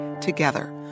together